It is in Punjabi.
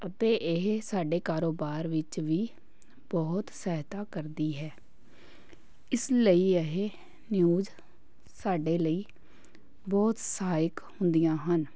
ਅਤੇ ਇਹ ਸਾਡੇ ਕਾਰੋਬਾਰ ਵਿੱਚ ਵੀ ਬਹੁਤ ਸਹਾਇਤਾ ਕਰਦੀ ਹੈ ਇਸ ਲਈ ਇਹ ਨਿਊਜ਼ ਸਾਡੇ ਲਈ ਬਹੁਤ ਸਹਾਇਕ ਹੁੰਦੀਆਂ ਹਨ